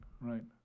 right